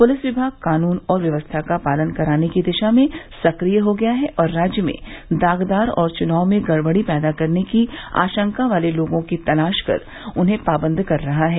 police विमाग कानून और व्यवस्था का पालन कराने की दिशा में सक्रिय हो गया है और राज्य में दागदार और चुनाव में गड़बड़ी पैदा करने की आशंका वाले लोगों की तलाश कर उन्हें पाबंद कर रहा है